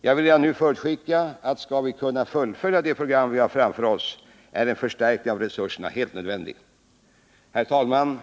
Jag vill redan nu förutskicka att skall vi kunna fullfölja det program som vi har framför oss, är en förstärkning av resurserna helt nödvändig. Herr talman!